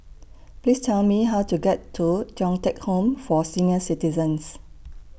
Please Tell Me How to get to Thong Teck Home For Senior Citizens